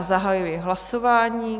Zahajuji hlasování.